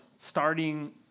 starting